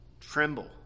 Tremble